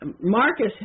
Marcus